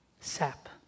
sap